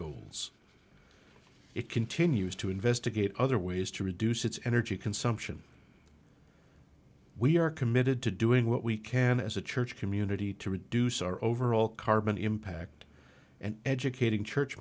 goals it continues to investigate other ways to reduce its energy consumption we are committed to doing what we can as a church community to reduce our overall carbon impact and educating church